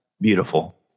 Beautiful